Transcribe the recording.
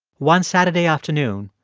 one saturday afternoon,